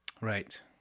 Right